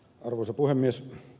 arvoisa puhemies